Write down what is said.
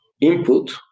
input